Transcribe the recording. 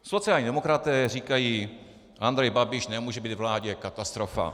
Sociální demokraté říkají: Andrej Babiš nemůže být ve vládě, katastrofa.